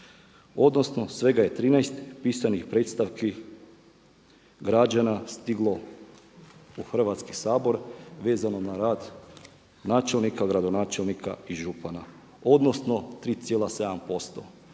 Odnosno svega je 13 pisanih predstavki građana stiglo u Hrvatski sabor vezano na rad načelnika, gradonačelnika i župana, odnosno 3,7%